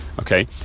okay